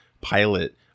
pilot